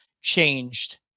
changed